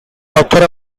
author